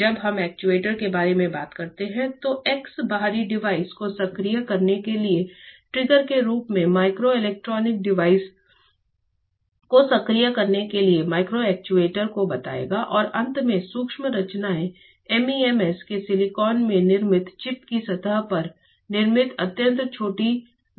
जब हम एक्ट्यूएटर के बारे में बात करते हैं तो एक्स बाहरी डिवाइस को सक्रिय करने के लिए ट्रिगर के रूप में माइक्रो इलेक्ट्रॉनिक डिवाइस को सक्रिय करने के लिए माइक्रो एक्ट्यूएटर को बताएगा और अंत में सूक्ष्म संरचनाएं MEMS के सिलिकॉन में निर्मित चिप की सतह पर निर्मित अत्यंत छोटी संरचनाएं हैं